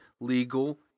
legal